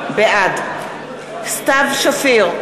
בעד סתיו שפיר,